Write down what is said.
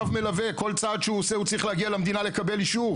כל צעד שהוא עושה הוא צריך להגיע למדינה לקבל אישור.